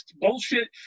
bullshit